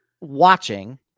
watching